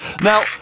Now